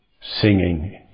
singing